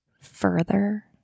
further